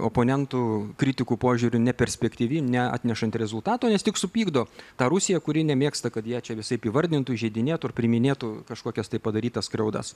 oponentų kritikų požiūriu neperspektyvi neatnešanti rezultato nes tik supykdo tą rusiją kuri nemėgsta kad ją čia visaip įvardintų įžeidinėtų ir priminėtų kažkokias tai padarytas skriaudas